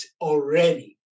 already